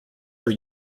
are